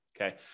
okay